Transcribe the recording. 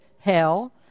hell